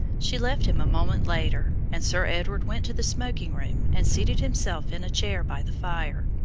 she left him a moment later, and sir edward went to the smoking-room and seated himself in a chair by the fire.